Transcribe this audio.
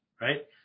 right